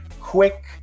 quick